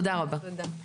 תודה רבה.